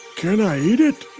can i eat it?